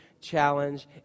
challenge